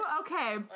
okay